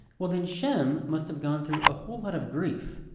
well, then shem must have gone through a whole lot of grief.